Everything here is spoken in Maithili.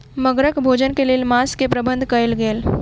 मगरक भोजन के लेल मांस के प्रबंध कयल गेल